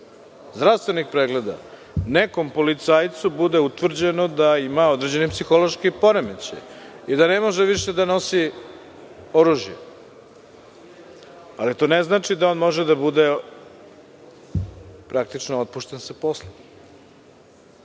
zdravstvenih pregleda nekom policajcu bude utvrđeno da ima određeni psihološki poremećaj i da ne može više da nosi oružje. To ne znači da on može da bude praktično otpušten sa posla.